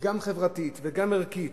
גם חברתית וגם ערכית,